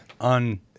On